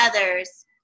others